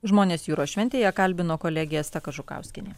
žmones jūros šventėje kalbino kolegė asta kažukauskienė